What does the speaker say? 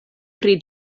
pri